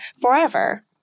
forever